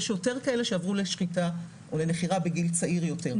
יש יותר כאלה שעברו לשחיטה או לנחירה בגיל צעיר יותר.